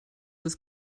ist